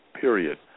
period